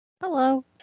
hello